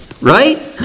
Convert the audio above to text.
right